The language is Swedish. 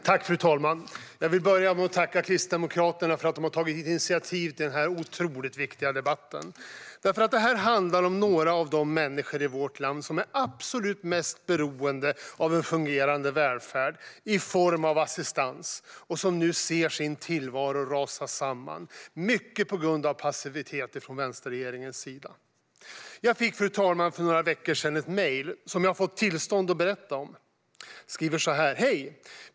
Fru talman! Jag vill börja med att tacka Kristdemokraterna för att de har tagit initiativ till denna otroligt viktiga debatt. Detta handlar nämligen om några av de människor i vårt land som är absolut mest beroende av en fungerande välfärd i form av assistans - och som nu ser sin tillvaro rasa samman, mycket på grund av passivitet från vänsterregeringens sida. Jag fick för några veckor sedan ett mejl som jag har fått tillstånd att berätta om, fru talman. Avsändaren skriver: Hej!